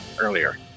earlier